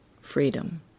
freedom